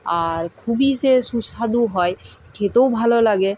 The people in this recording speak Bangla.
আর খুবই সে সুস্বাদু হয় খেতেও ভালো লাগে